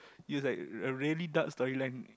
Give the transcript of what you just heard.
it was like a really dark storyline